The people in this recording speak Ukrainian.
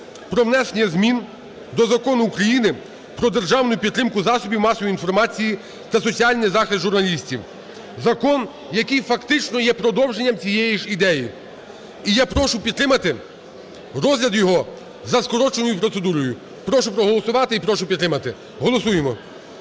про внесення зміни до Закону України "Про державну підтримку засобів масової інформації та соціальний захист журналістів". Закон, який фактично є продовженням цієї ж ідеї. І я прошу підтримати розгляд його за скороченою процедурою. Прошу проголосувати і прошу підтримати. Голосуємо.